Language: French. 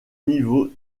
niveau